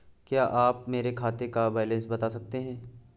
क्या आप मेरे खाते का बैलेंस बता सकते हैं?